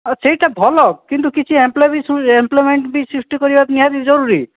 ସେଇଟା ଭଲ କିନ୍ତୁ କିଛି ଏମ୍ପ୍ଲୋୟମେଣ୍ଟ ବି ସୃଷ୍ଟି କରିବା ନିହାତି ଜରୁରୀ